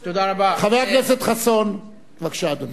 בבקשה, אדוני.